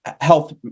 health